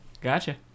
Gotcha